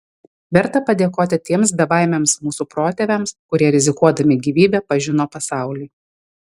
verta padėkoti tiems bebaimiams mūsų protėviams kurie rizikuodami gyvybe pažino pasaulį